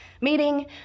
meeting